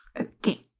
Okay